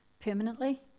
permanently